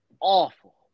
awful